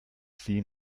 sie